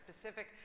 specific